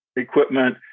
equipment